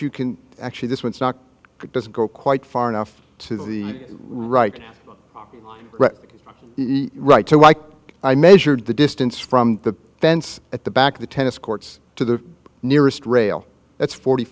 you can actually this one is not it doesn't go quite far enough to the right right so like i measured the distance from the fence at the back of the tennis courts to the nearest rail that's forty